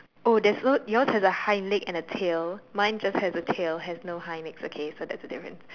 oh there's no yours has a hind leg and a tail mine just has a tail has no hind legs okay so that's the difference